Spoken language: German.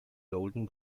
golden